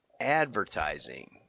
advertising